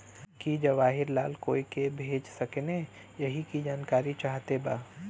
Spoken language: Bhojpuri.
की जवाहिर लाल कोई के भेज सकने यही की जानकारी चाहते बा?